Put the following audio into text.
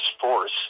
force